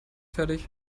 fertig